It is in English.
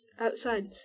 outside